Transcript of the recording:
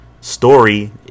story